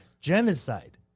genocide